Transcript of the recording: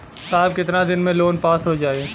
साहब कितना दिन में लोन पास हो जाई?